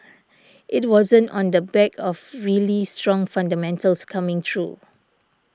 it wasn't on the back of really strong fundamentals coming through